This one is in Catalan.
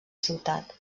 ciutat